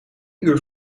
uur